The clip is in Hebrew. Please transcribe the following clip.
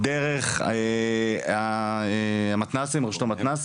מבינים את היתרונות של הרשתות,